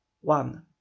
One